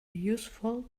useful